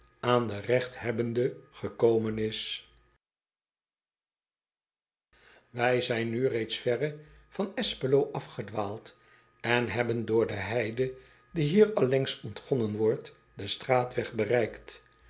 aan den regthebbende gekomen is ij zijn nu reeds verre van spelo afgedwaald en hebben door de heide die hier allengs ontgonnen wordt den straatweg bereikt